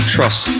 Trust